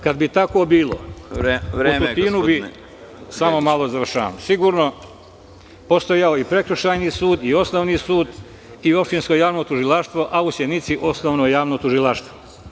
Kada bi tako bilo, u Tutinu bi sigurno postojao i prekršajni sud i osnovni sud i opštinsko javno tužilaštvo, a u Sjenici osnovno javno tužilaštvo.